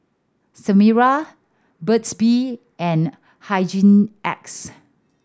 Sterimar Burt's Bee and Hygin X